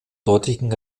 dortigen